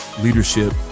leadership